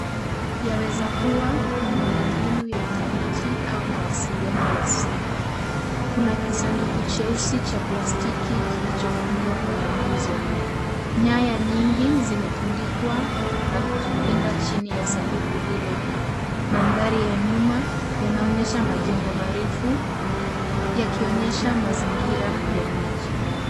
Yaweza kuwa ni miundo mbinu ya intaneti au mawasiliano ya simu. Kuna kisanduku cheusi cha plastiki kilichofungwa kwenye nguzo. Nyaya nyingi zimetundikwa na kujipinda chini ya sanduku hilo. Mandhari ya nyuma yanaonyesha majengo marefu yakionyesha mazingira ya miji.